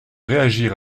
réagir